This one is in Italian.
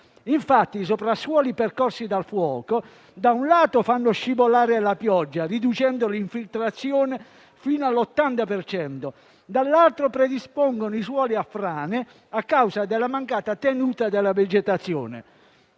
Infatti, i soprassuoli percorsi dal fuoco da un lato fanno scivolare la pioggia, riducendo l'infiltrazione fino all'80 per cento, dall'altro predispongono i suoli a frane a causa della mancata tenuta della vegetazione.